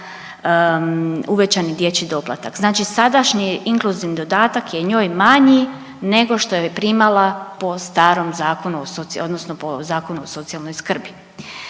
uvećani dječji doplatak, znači sadašnji inkluzivni dodatak je njoj manji nego što je primala po starom Zakonu o soci… odnosno po Zakonu o socijalnoj skrbi.